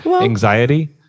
Anxiety